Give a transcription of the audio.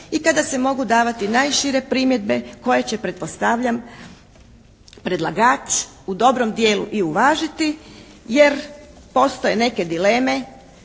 i kada se mogu davati najšire primjedbe koje će pretpostavljam predlagač u dobrom dijelu i uvažiti. Jer postoje neke dileme